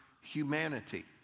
humanity